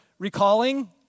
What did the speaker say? Recalling